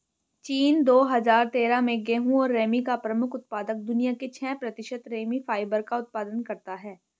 चीन, दो हजार तेरह में गेहूं और रेमी का प्रमुख उत्पादक, दुनिया के छह प्रतिशत रेमी फाइबर का उत्पादन करता है